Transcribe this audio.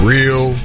Real